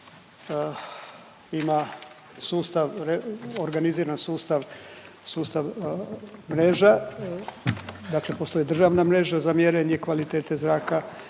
organiziran sustav, sustav mreža dakle postoji državna mreža za mjerenje kvalitete zraka,